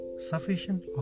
sufficient